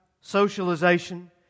socialization